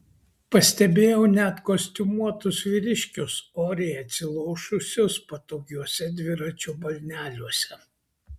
pastebėjau net kostiumuotus vyriškius oriai atsilošusius patogiuose dviračių balneliuose